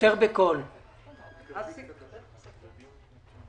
בגלל קבוצת עדי השם.